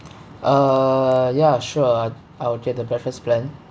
uh ya sure I'll get the breakfast plan